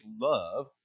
love